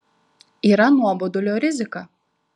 yra nuobodulio rizika